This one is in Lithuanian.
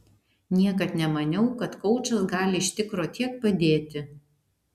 niekad nemaniau kad koučas gali iš tikro tiek padėti